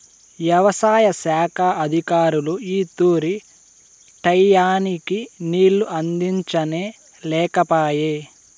యవసాయ శాఖ అధికారులు ఈ తూరి టైయ్యానికి నీళ్ళు అందించనే లేకపాయె